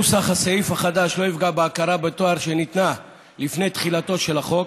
נוסח הסעיף החדש לא יפגע בהכרה בתואר שניתנה לפני תחילתו של החוק.